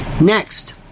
Next